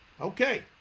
Okay